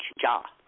Jaw